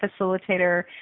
facilitator